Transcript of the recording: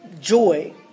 joy